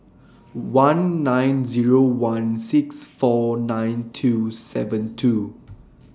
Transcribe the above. one nine Zero one six four nine two seven two